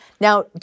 now